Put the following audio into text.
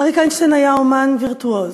אריק איינשטיין היה אמן וירטואוז.